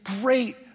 great